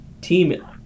team